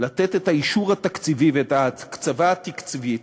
לתת את האישור התקציבי ואת ההקצבה התקצובית